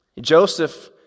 Joseph